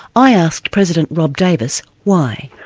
i asked president rob davis why.